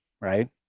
right